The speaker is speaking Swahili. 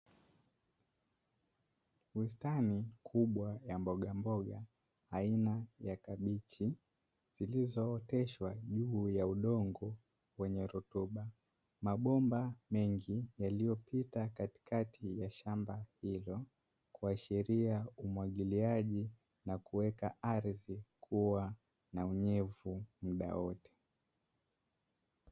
Bustani kubwa ya mbogamboga aina ya kabichi zilizo oteshwa juu ya udongo wenye rutuba mabomba mengi yaliopita katikati ya shamba hilo kuashiria umwajilia na kuweka ardhi kuwa na unyevu muda wote.